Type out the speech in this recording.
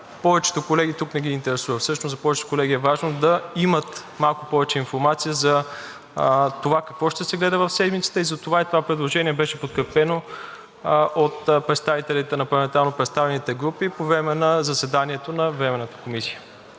Повечето колеги тук не ги интересува. Всъщност за повечето колеги е важно да имат малко повече информация за това какво ще се гледа в седмицата. Затова това предложение беше подкрепено от представителите на парламентарно представените групи по време на заседанието на Временната комисия.